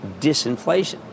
disinflation